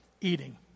eating